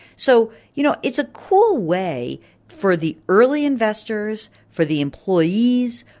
so, you know, it's a cool way for the early investors, for the employees,